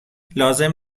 لازم